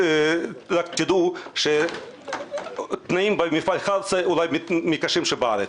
דעו שהתנאים במפעל חרסה הם מהקשים בארץ.